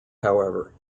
however